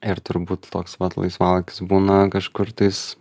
ir turbūt toks vat laisvalaikis būna kažkur tais